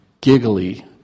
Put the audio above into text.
giggly